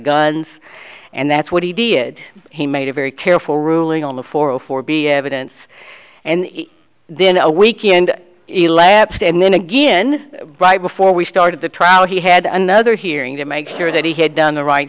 guns and that's what he did he made a very careful ruling on the four hundred four b evidence and then a weekend elapsed and then again right before we started the trial he had another hearing to make sure that he had done the right